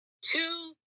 two